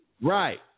Right